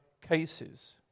cases